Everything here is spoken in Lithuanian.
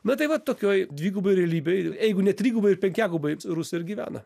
na tai va tokioj dviguboj realybėj eigu ne triguboj ir penkiaguboj rusai ir gyvena